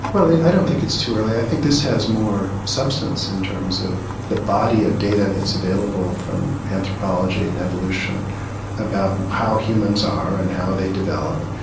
well i don't think it's too early. i think this has more substance in terms of the body of data that's available from anthropology and evolution about how humans are and how they develop.